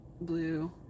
Blue